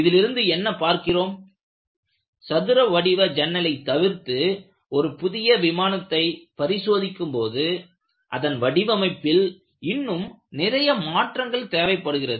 இதிலிருந்து என்ன பார்க்கிறோம் சதுரவடிவ ஜன்னலை தவிர்த்துஒரு புதிய விமானத்தை பரிசோதிக்கும்போது அதன் வடிவமைப்பில் இன்னும் நிறைய மாற்றங்கள் தேவைப்படுகிறது